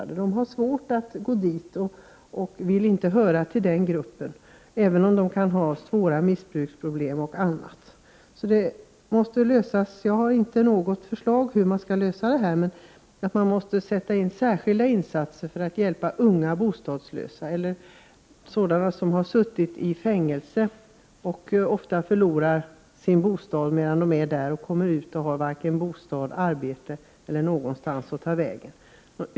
Det är svårt för dem att gå dit; de vill inte tillhöra den gruppen, även om de kan ha svåra missbruksproblem och annat. Jag har inte något förslag till hur man skall lösa det här problemet, men det är helt klart att man måste sätta in särskilda åtgärder för att hjälpa unga bostadslösa. Det kan gälla unga människor som har suttit i fängelse och förlorat sin bostad under fängelsevistelsen. När de sedan kommer ut har de varken bostad eller arbete — de har inte någonstans att ta vägen.